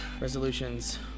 resolutions